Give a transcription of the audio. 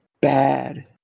bad